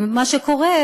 מה שקורה,